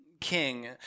king